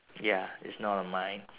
ya it's not on mine